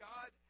God